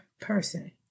person